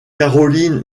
caroline